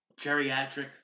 geriatric